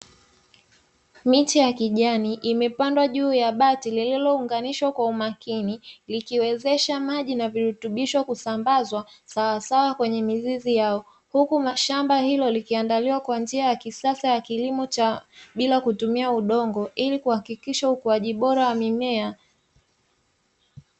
Miti ya kijani imepandwa juu ya bati lililounganishwa kwa umakini, likiwezesha maji na virutubisho kusambazwa sawasawa kwenye mizizi yao, huku shamba hilo likiandliwa kwa njia ya kisasa ya kilimo cha bila kutumia udongo, ili kuhakikisha ukuaji bora wa mimea.